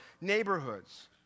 neighborhoods